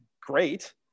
great